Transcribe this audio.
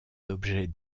d’objets